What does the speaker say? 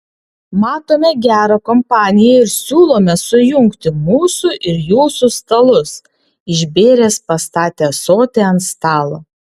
matome gerą kompaniją ir siūlome sujungti mūsų ir jūsų stalus išbėręs pastatė ąsotį ant stalo